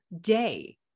day